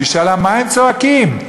ושאלה: מה הם צועקים?